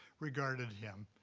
regarded him,